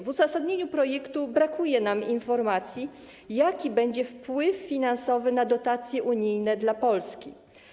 W uzasadnieniu projektu brakuje nam informacji, jaki będzie wpływ finansowy na dotacje unijne dla Polski.